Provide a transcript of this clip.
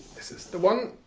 this is the one